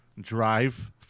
drive